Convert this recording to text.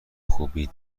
خوبی